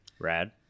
rad